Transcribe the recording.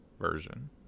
version